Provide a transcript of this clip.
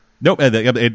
Nope